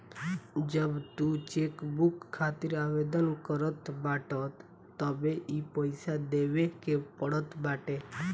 जब तू चेकबुक खातिर आवेदन करत बाटअ तबे इ पईसा देवे के पड़त बाटे